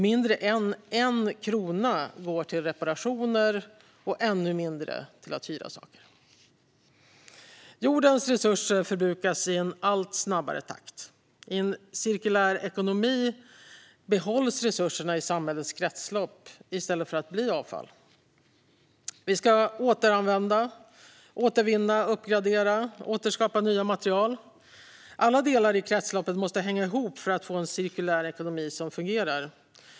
Mindre än 1 krona går till reparationer, och ännu mindre går till att hyra saker. Jordens resurser förbrukas i allt snabbare takt. I en cirkulär ekonomi behålls resurserna i samhällets kretslopp i stället för att bli avfall. Vi ska återanvända, återvinna, uppgradera och återskapa nya material. Alla delar i kretsloppet måste hänga ihop för att vi ska få en cirkulär ekonomi som fungerar.